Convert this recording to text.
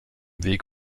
weg